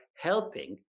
helping